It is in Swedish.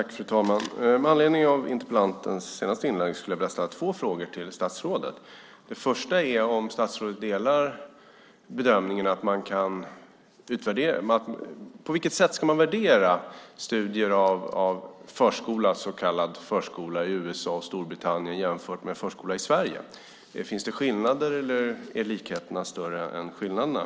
Fru talman! Med anledning av interpellantens senaste inlägg skulle jag vilja ställa två frågor till statsrådet. Den första är på vilket sätt man ska värdera studier av så kallad förskola i USA och Storbritannien jämfört med förskola i Sverige. Finns det skillnader, eller är likheterna större än skillnaderna?